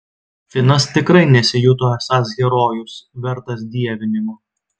finas tikrai nesijuto esąs herojus vertas dievinimo